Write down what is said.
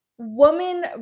woman